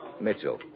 Mitchell